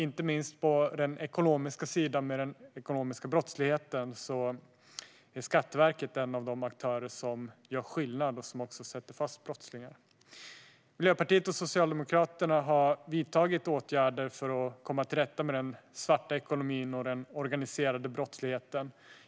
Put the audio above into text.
Inte minst på den ekonomiska sidan, när det gäller den ekonomiska brottsligheten, är Skatteverket en av de aktörer som gör skillnad och sätter fast brottslingar. Miljöpartiet och Socialdemokraterna har vidtagit åtgärder för att komma till rätta med den svarta ekonomin och den organiserade brottsligheten.